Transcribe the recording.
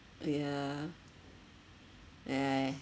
yeah !aiya!